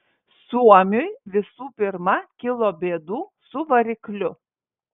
suomiui visų pirma kilo bėdų su varikliu